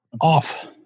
off